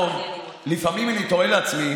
אני תוהה לעצמי